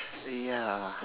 ya